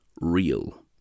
real